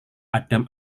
adam